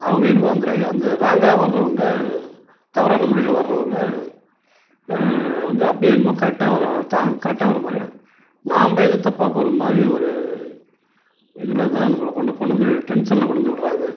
அவுங்க என்னமோ அந்த அந்த ராங்காக வர்றவங்க தவறான முறையில் வர்றவங்க வந்து அப்படியே என்னமோ கரெக்டாக வர்றவன் தான் கரெக்டாக வர்ற மாதிரியும் நம்ப ஏதோ தப்பாக போகிற மாதிரியும் ஒரு இதில் தான் நம்மள கொண்டு கொண்டு வந்து டென்ஷனில் கொண்டு வந்து விடுறாங்க